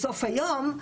בסוף היום,